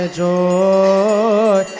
joy